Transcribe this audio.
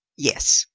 yes,